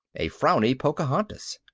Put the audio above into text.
a frowny pocahontas.